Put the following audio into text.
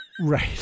Right